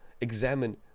examine